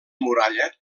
muralla